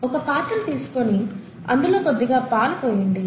ఒక పాత్ర తీసుకుని అందులో కొద్దిగా పాలు పోయండి